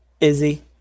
Izzy